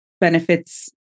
benefits